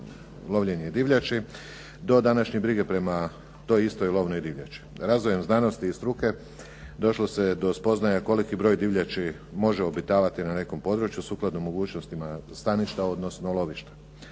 lovljenje divljači do današnje brige prema toj istoj lovnoj divljači. Razvojem znanosti i struke došlo se je do spoznaje koliki broj divljači može obitavati na nekom području sukladno mogućnostima staništa, odnosno lovišta,